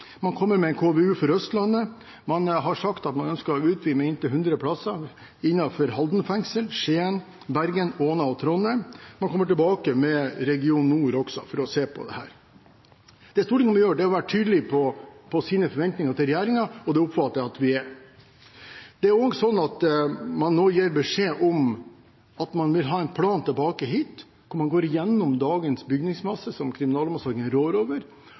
Man kommer med en KVU for Østlandet. Man har sagt at man ønsker å utvide med inntil 100 plasser innenfor Halden fengsel, Skien, Bergen, Åna og Trondheim, og man kommer tilbake med region nord – for å se på dette. Det Stortinget nå må gjøre, er å være tydelige på sine forventninger til regjeringen, og det oppfatter jeg at vi er. Man gir nå beskjed om at man vil ha en plan tilbake hit, hvor man går gjennom dagens bygningsmasse som kriminalomsorgen rår over,